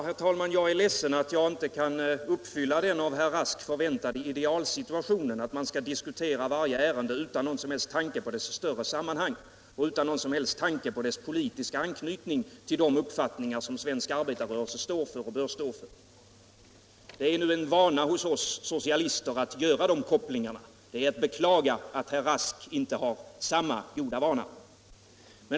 Herr talman! Jag är ledsen att jag inte kan åstadkomma den av herr Rask förväntade idealsituationen att vi diskuterar varje ärende utan någon som helst tanke på dess större sammanhang och dess politiska anknytning till de uppfattningar som svensk arbetarrörelse står för och bör stå för. Det är nu en vana för oss socialister att göra de kopplingarna. Det är att beklaga att herr Rask inte har samma goda vana.